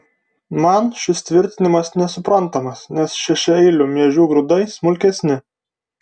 man šis tvirtinimas nesuprantamas nes šešiaeilių miežių grūdai smulkesni